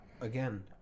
Again